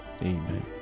Amen